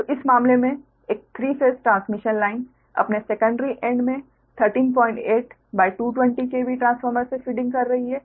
तो इस मामले में एक 3 फेस ट्रांसमिशन लाइन अपने सेकंडरी एंड में 138 220 KV ट्रांसफार्मर से फीडिंग कर रही है